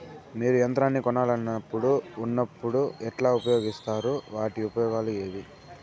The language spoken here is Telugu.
మీరు యంత్రాన్ని కొనాలన్నప్పుడు ఉన్నప్పుడు ఎట్లా ఉపయోగిస్తారు వాటి ఉపయోగాలు ఏవి?